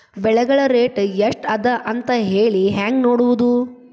ಬೆಳೆಗಳ ರೇಟ್ ಎಷ್ಟ ಅದ ಅಂತ ಹೇಳಿ ಹೆಂಗ್ ನೋಡುವುದು?